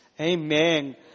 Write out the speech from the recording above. Amen